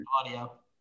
audio